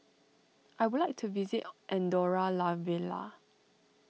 I would like to visit Andorra La Vella